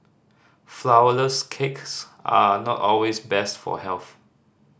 flourless cakes are not always best for health